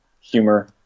humor